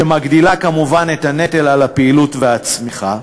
"שמגדילה כמובן את הנטל על הפעילות והצמיחה.